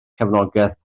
cefnogaeth